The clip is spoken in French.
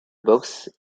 boxe